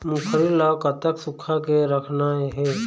मूंगफली ला कतक सूखा के रखना हे?